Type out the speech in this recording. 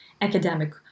academic